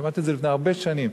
שמעתי את זה לפני הרבה שנים.